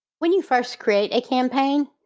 when you first create a campaign,